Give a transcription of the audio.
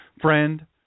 friend